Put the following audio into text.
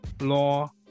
law